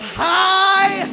high